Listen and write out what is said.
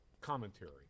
commentary